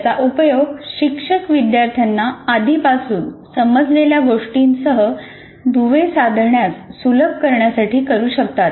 याचा उपयोग शिक्षक विद्यार्थ्यांना आधीपासून समजलेल्या गोष्टींसह दुवे साधण्यास सुलभ करण्यासाठी करू शकतात